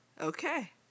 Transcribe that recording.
Okay